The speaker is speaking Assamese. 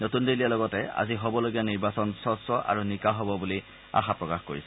নতুন দিল্লীয় লগতে আজি হ'বলগীয়া নিৰ্বাচন স্বচ্ছ আৰু নিকা হ'ব বুলি আশা প্ৰকাশ কৰিছে